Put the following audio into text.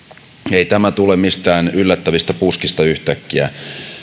ei tämä tule mistään yllättävistä puskista yhtäkkiä